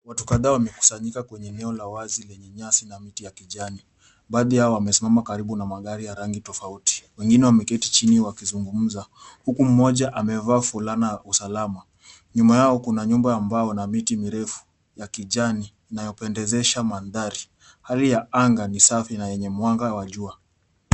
Watu kadhaa wamekusanyika kwenye eneo la wazi lenye nyasi na miti ya kijani. Baadhi yao wamesimama karibu na magari ya rangi tofauti. Wengine wameketi chini wakizungumza huku mmoja amevaa fulana ya usalama. Nyuma yao, kuna nyumba ya mbao na miti mirefu ya kijani inayopendezesha manthari. Hali ya anga ni safi na yenye mwanga wa jua.